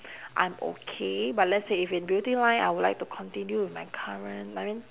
I'm okay but let's say if it beauty line I would like to continue with my current I mean